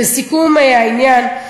לסיכום העניין,